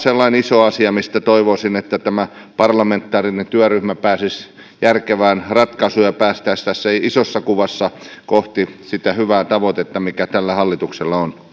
sellainen iso asia mistä toivoisin että tämä parlamentaarinen työryhmä pääsisi järkevään ratkaisuun ja päästäisiin tässä isossa kuvassa kohti sitä hyvää tavoitetta mikä tällä hallituksella on